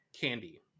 Candy